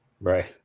Right